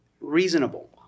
reasonable